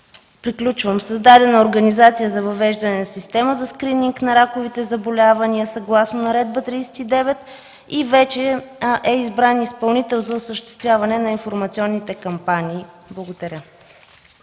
Приключвам. Създадена е организация за въвеждане на система за скрининг на раковите заболявания съгласно Наредба 39 и вече е избран изпълнител за осъществяване на информационните кампании. Благодаря.